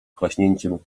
klaśnięciem